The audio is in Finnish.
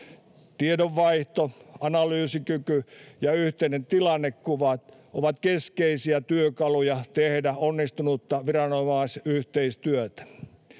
Tiedonvaihto, analyysikyky ja yhteinen tilannekuva ovat keskeisiä työkaluja tehdä onnistunutta viranomaisyhteistyötä.